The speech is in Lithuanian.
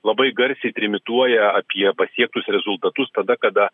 labai garsiai trimituoja apie pasiektus rezultatus tada kada